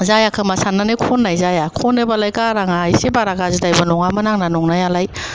जाया खोमा साननानै खननाय जाया खनोब्लाय गाराङा एसे बारा गाज्रिदायबो नङामोन आंना नंनायालाय